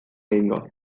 egingo